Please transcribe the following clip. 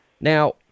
Now